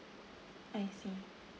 I see